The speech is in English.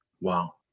Wow